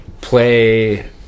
play